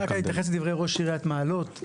אני רוצה להתייחס לדבריו של ראש עיריית מעלות.